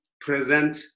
present